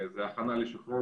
על כמו שציינו פה,